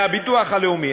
מהביטוח הלאומי,